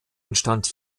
entstand